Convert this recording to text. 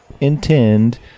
intend